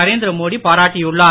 நரேந்திர மோடி பாராட்டியுள்ளார்